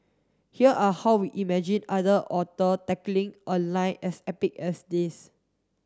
here are how we imagined other author tackling a line as epic as this